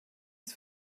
ist